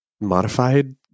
modified